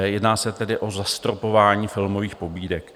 Jedná se tedy o zastropování filmových pobídek.